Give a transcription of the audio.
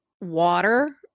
water